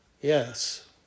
Yes